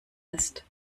ist